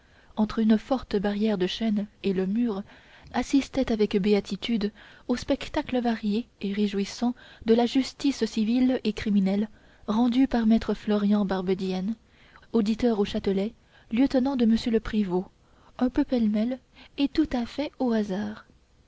entre une forte barrière de chêne et le mur assistaient avec béatitude au spectacle varié et réjouissant de la justice civile et criminelle rendue par maître florian barbedienne auditeur au châtelet lieutenant de m le prévôt un peu pêle-mêle et tout à fait au hasard